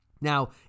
Now